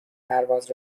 پرواز